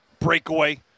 breakaway